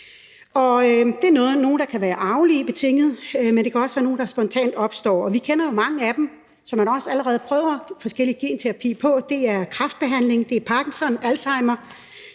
Det er nogle, der kan være arveligt betingede, men det kan også være nogle, der spontant opstår, og vi kender jo mange af dem, som man også allerede prøver forskellig typer af genterapi på. Det er kræftbehandling, Parkinson, Alzheimers